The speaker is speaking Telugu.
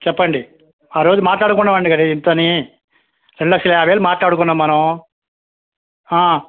చెప్పండి ఆరోజు మాట్లాడుకున్నాం అండి కదా ఇంతని రెండు లక్షల యాభై వేలు మాట్లాడుకున్నాం మనం